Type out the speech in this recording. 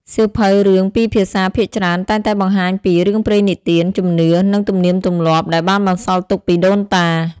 សៀវភៅរឿងពីរភាសាភាគច្រើនតែងតែបង្ហាញពី រឿងព្រេងនិទាន ជំនឿ និង ទំនៀមទម្លាប់ ដែលបានបន្សល់ទុកពីដូនតា។